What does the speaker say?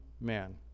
man